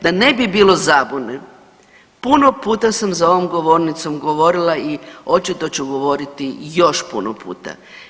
Da ne bi bilo zabune puno puta sam za ovom govornicom govorila i očito ću govoriti još puno puta.